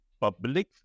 public